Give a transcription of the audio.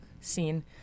scene